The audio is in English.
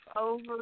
over